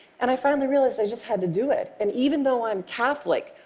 and i finally realized i just had to do it. and even though i'm catholic,